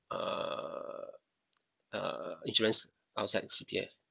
uh uh insurance outside C_P_F